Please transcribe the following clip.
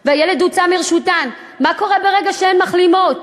והילד הוצא מרשותן, מה קורה ברגע שהן מחלימות?